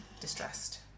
distressed